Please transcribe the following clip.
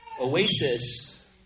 oasis